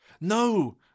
No